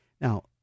Now